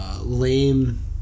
lame